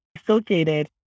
associated